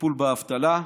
טיפול באבטלה,